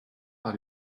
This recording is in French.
par